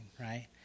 right